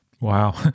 Wow